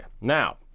Now